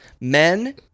Men